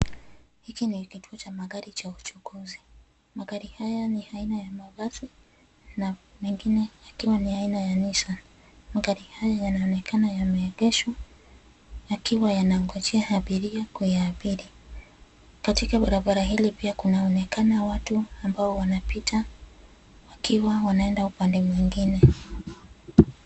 Hiki ni kituo cha magari cha uchukuzi. Magari haya ni aina ya mabasi, na mengine yakiwa ni aina ya Nissan . Magari hayo yanaonekana yameegeshwa, yakiwa yanangojea abiria kuyaabiri. Katika barabara hili pia kunaonekana watu ambao wanapita, wakiwa wanaenda upande mwingine.